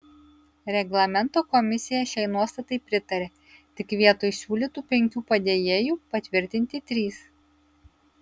reglamento komisija šiai nuostatai pritarė tik vietoj siūlytų penkių padėjėjų patvirtinti trys